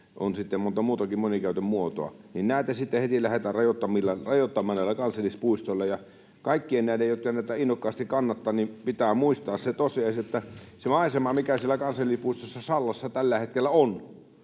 on sitten monta muutakin monikäytön muotoa — niin näitä sitten heti lähdetään rajoittamaan näillä kansallispuistoilla. Kaikkien näiden, jotka näitä innokkaasti kannattavat, pitää muistaa se tosiasia, että se maisema, mikä siellä kansallispuistossa Sallassa tällä hetkellä on,